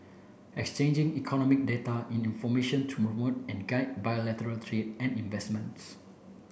exchanging economic data and information to promote and guide bilateral trade and investments